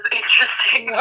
interesting